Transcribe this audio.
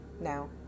Now